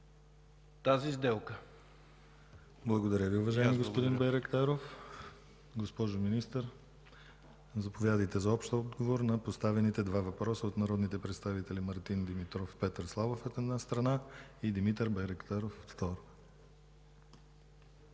ГЛАВЧЕВ: Благодаря, уважаеми господин Байрактаров. Госпожо Министър, заповядайте за общ отговор на поставените два въпроса от народните представители Мартин Димитров, Петър Славов, от една страна, и Димитър Байрактаров, от втора.